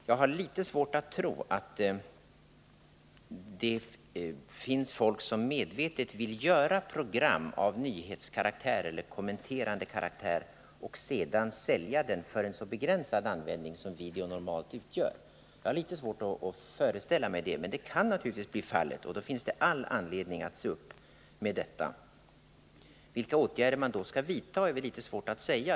Jag har litet svårt att tro att det finns folk som medvetet vill göra program av nyhetskaraktär eller kommenterande karaktär och sedan sälja dem för en så begränsad användning som videon normalt utgör. Men det kan naturligtvis bli fallet, och då finns det all anledning att se upp med detta. Vilka åtgärder man då skall vidta är litet svårt att säga.